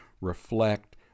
reflect